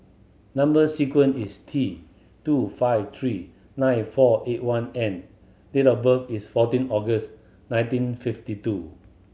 number sequence is T two five three nine four eight one N date of birth is fourteen August nineteen fifty two